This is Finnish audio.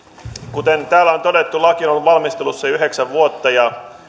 kuten täällä on todettu laki on ollut valmistelussa jo yhdeksän vuotta ja